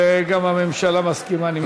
וגם הממשלה מסכימה, אני מבין.